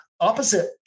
Opposite